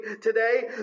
today